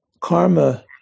karma